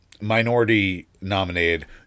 minority-nominated